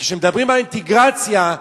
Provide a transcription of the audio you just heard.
וכשמדברים על אינטגרציה,